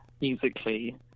musically